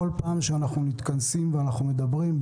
בכל פעם שאנחנו מתכנסים ואנחנו מדברים,